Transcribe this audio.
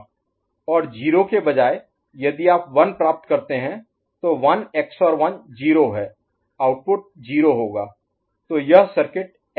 और 0 के बजाय यदि आप 1 प्राप्त करते हैं तो 1 XOR 1 0 है आउटपुट 0 होगा तो यह सर्किट ऐसे काम करता है